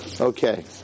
Okay